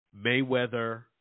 Mayweather